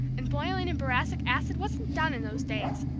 and boiling in boracic acid wasn't done in those days,